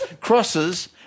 crosses